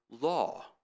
law